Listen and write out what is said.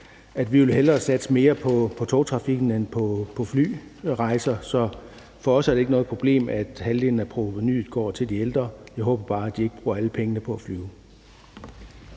at vi hellere vil satse mere på togtrafikken end på flyrejser, så for os er det ikke noget problem, at halvdelen af provenuet går til de ældre. Jeg håber bare, at de ikke bruger alle pengene på at flyve.